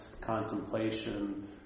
Contemplation